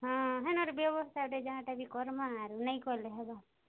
ହଁ ହେନର୍ ବ୍ୟବସ୍ଥାଟେ ଯାଁ ଟା ବି କରମା ଆର୍ ନେଇଁ କଲେ ହେବ